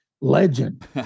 legend